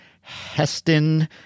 Heston